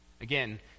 Again